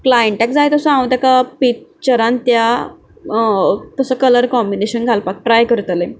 क्लायंटाक जाय तसो हांव ताका पिच्चरान त्या तसो कलर कंबीनेशन घालपाक ट्राय करतलें